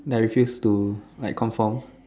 that I refuse to like conform